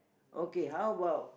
okay how about